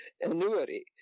annuity